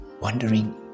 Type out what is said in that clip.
wondering